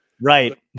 Right